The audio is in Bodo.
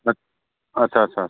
आस्सा आस्सा आस्सा